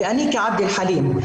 אני כעבד אלחלים,